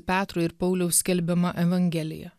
petro ir pauliaus skelbiama evangelija